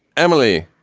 emily,